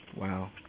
Wow